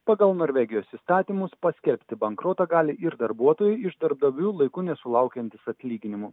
pagal norvegijos įstatymus paskelbti bankrotą gali ir darbuotojai iš darbdavių laiku nesulaukiantys atlyginimų